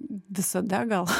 visada gal